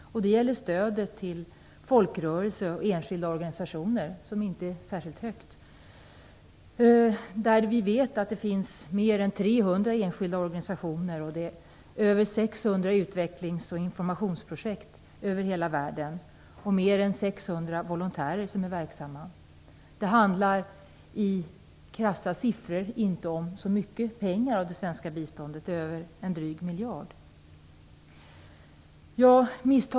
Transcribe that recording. Det gäller stödet till folkrörelser och enskilda organisationer, som inte är särskilt högt. Vi vet att det finns fler än 300 enskilda organisationer, över 600 utvecklingsoch informationsprojekt över hela världen och fler än 600 volontärer som är verksamma. I krassa siffror handlar det inte om så mycket pengar av det svenska biståndet, en dryg miljard.